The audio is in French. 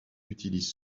utilise